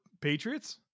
Patriots